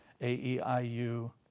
A-E-I-U